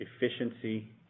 efficiency